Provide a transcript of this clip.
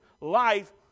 life